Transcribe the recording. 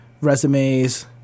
resumes